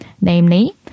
Namely